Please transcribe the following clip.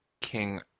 King